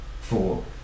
four